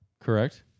Correct